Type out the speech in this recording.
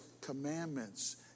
commandments